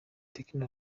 tecno